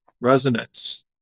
resonance